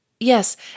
Yes